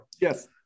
Yes